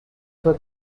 were